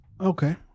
Okay